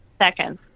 seconds